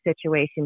situation